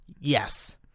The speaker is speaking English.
Yes